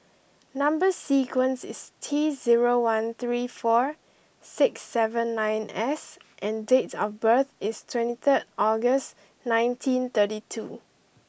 number sequence is T zero one three four six seven nine S and date of birth is twenty third August nineteen thirty two